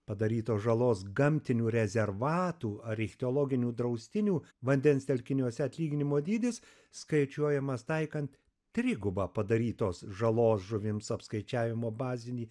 padarytos žalos gamtinių rezervatų ar ichtiologinių draustinių vandens telkiniuose atlyginimo dydis skaičiuojamas taikant trigubą padarytos žalos žuvims apskaičiavimo bazinį